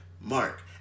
Mark